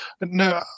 No